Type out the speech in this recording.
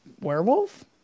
werewolf